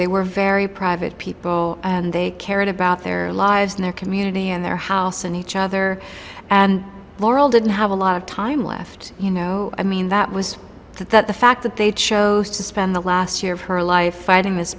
they were very private people and they cared about their lives and their community and their house and each other and laurel didn't have a lot of time left you know i mean that was that the fact that they chose to spend the last year of her life fighting this